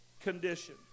condition